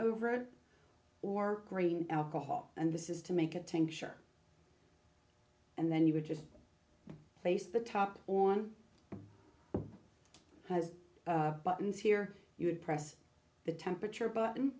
over or grain alcohol and this is to make a tincture and then you would just place the top on has buttons here you would press the temperature button